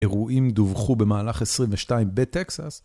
אירועים דווחו במהלך 22 בטקסס